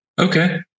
Okay